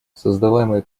создаваемые